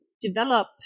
develop